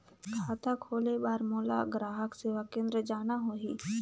खाता खोले बार मोला ग्राहक सेवा केंद्र जाना होही?